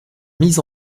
mises